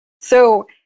So-